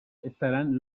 estarán